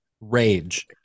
rage